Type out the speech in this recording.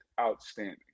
outstanding